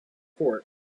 court